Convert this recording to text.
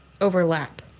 overlap